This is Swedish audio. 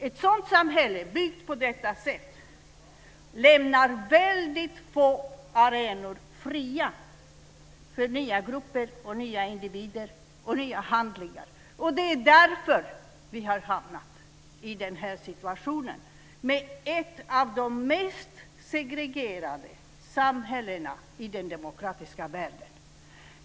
Ett sådant samhälle byggt på detta sätt lämnar väldigt få arenor fria för nya grupper, nya individer och nya handlingar. Det är därför vi har hamnat i den här situationen med ett av de mest segregerade samhällena i den demokratiska världen.